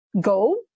go